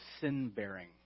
sin-bearing